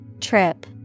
Trip